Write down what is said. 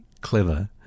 clever